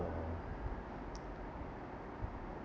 a